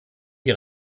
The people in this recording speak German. die